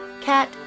Cat